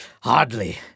Hardly